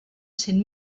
cent